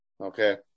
Okay